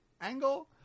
angle